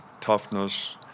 toughness